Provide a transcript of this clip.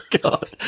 God